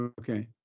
Okay